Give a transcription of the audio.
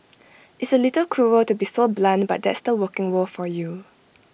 it's A little cruel to be so blunt but that's the working world for you